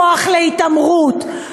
כוח להתעמרות,